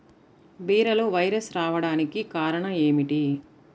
బీరలో వైరస్ రావడానికి కారణం ఏమిటి?